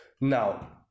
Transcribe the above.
Now